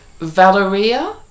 Valeria